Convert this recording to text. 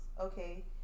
Okay